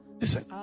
Listen